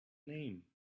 name